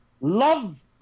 love